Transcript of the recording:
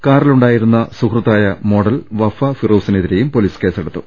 കാറിലുണ്ടായിരുന്ന സുഹൃത്തായ മോഡൽ വഫ ഫിറോസിനെതിരെയും പൊലീസ് കേസെടുത്തു